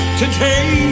today